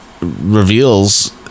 reveals